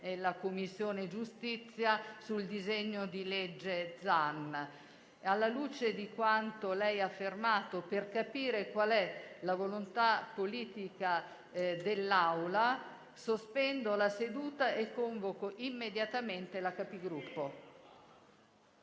nella Commissione giustizia sul disegno di legge Zan. Alla luce di quanto lei ha affermato, per capire qual è la volontà politica dell'Assemblea, sospendo la seduta e convoco immediatamente la Conferenza